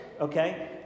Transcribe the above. okay